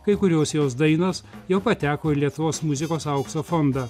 kai kurios jos dainos jau pateko į lietuvos muzikos aukso fondą